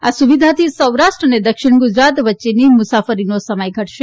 આ સુવિધાથી સૌરાષ્ટ્ર અને દક્ષિણ ગુજરાત વચ્ચેની મુસાફરીનો સમય ઘટશે